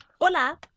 Hola